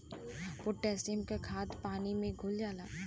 potassium क खाद पानी में घुल जाला